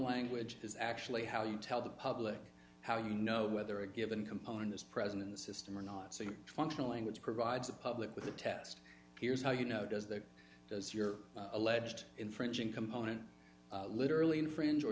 language is actually how you tell the public how you know whether a given component is present in the system or not so your functional language provides the public with a test here's how you know does the does your alleged infringing component literally infringe or